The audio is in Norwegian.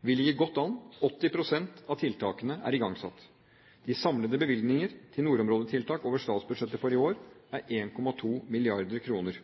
Vi ligger godt an – 80 pst. av tiltakene er igangsatt. De samlede bevilgninger til nordområdetiltak over statsbudsjettet for i år er 1,2 mrd. kr.